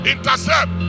Intercept